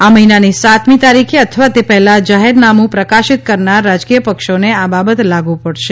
આ મહિનાની સાતમી તારીખે અથવા તે પહેલાં જાહેર જાહેરનામું પ્રકાશિત કરનારા રાજકીય પક્ષોને આ બાબત લાગુ પડશે